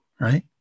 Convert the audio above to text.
right